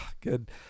good